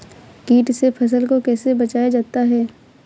कीट से फसल को कैसे बचाया जाता हैं?